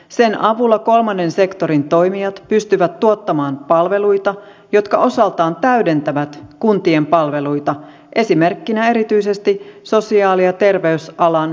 sen avulla kolmannen sektorin toimijat pystyvät tuottamaan palveluita jotka osaltaan täydentävät kuntien palveluita esimerkkinä erityisesti sosiaali ja terveysalan järjestöt